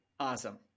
Awesome